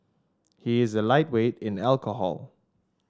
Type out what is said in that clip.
he is a lightweight in alcohol